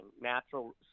natural